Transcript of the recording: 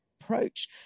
approach